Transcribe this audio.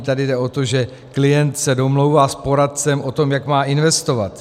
Tady jde o to, že klient se domlouvá s poradcem o tom, jak má investovat.